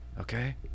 Okay